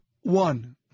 one